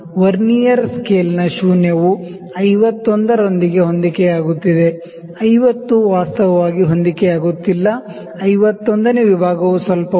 vernier ಸ್ಕೇಲ್ನ ಶೂನ್ಯವು 51 ರೊಂದಿಗೆ ಹೊಂದಿಕೆಯಾಗುತ್ತಿದೆ 50 ವಾಸ್ತವವಾಗಿ ಹೊಂದಿಕೆಯಾಗುತ್ತಿಲ್ಲ 51 ನೇ ವಿಭಾಗವು ಸ್ವಲ್ಪ ಮುಂದಿದೆ